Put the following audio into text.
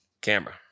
camera